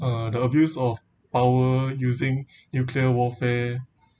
uh the abuse of power using nuclear warfare